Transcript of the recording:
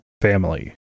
family